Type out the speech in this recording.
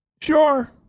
Sure